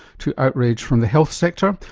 to outrage from the health sector,